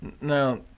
Now